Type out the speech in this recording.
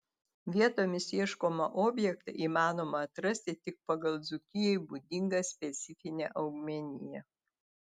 vietomis ieškomą objektą įmanoma atrasti tik pagal dzūkijai būdingą specifinę augmeniją